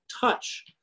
touch